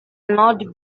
not